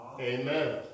Amen